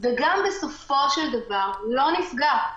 וגם בסופו של דבר לא נפגע,